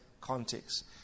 context